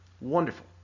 wonderful